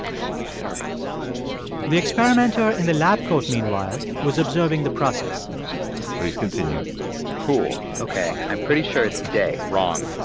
seems nervous the experimenter in the lab coat, meanwhile, was observing the process please continue cool ok. i'm pretty sure it's day wrong.